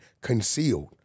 Concealed